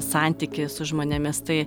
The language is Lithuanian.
santykį su žmonėmis tai